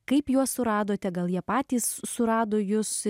kaip juos suradote gal jie patys s surado jus